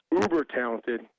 uber-talented